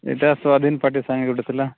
ଏଇଟା ସ୍ୱାଧୀନ୍ ପାର୍ଟି ସାଙ୍ଗରେ ଗୋଟେ ଥିଲା